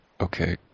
Okay